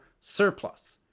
surplus